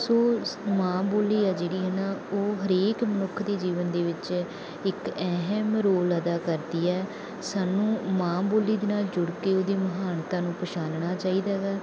ਸੋ ਸ ਮਾਂ ਬੋਲੀ ਹੈ ਜਿਹੜੀ ਹੈ ਨਾ ਉਹ ਹਰੇਕ ਮਨੁੱਖ ਦੇ ਜੀਵਨ ਦੇ ਵਿੱਚ ਇੱਕ ਅਹਿਮ ਰੋਲ ਅਦਾ ਕਰਦੀ ਹੈ ਸਾਨੂੰ ਮਾਂ ਬੋਲੀ ਦੇ ਨਾਲ ਜੁੜ ਕੇ ਉਹਦੀ ਮਹਾਨਤਾ ਨੂੰ ਪਛਾਨਣਾ ਚਾਹੀਦਾ ਹੈਗਾ